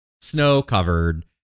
snow-covered